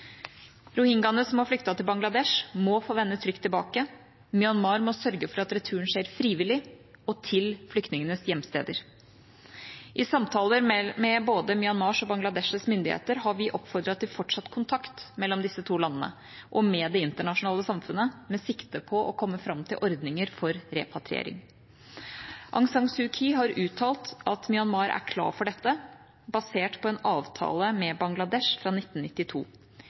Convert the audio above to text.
som har flyktet til Bangladesh, må få vende trygt tilbake. Myanmar må sørge for at returen skjer frivillig og til flyktningenes hjemsteder. I samtaler med både Myanmars og Bangladeshs myndigheter har vi oppfordret til fortsatt kontakt mellom disse to landene og med det internasjonale samfunnet med sikte på å komme fram til ordninger for repatriering. Aung San Suu Kyi har uttalt at Myanmar er klar for dette, basert på en avtale med Bangladesh fra 1992.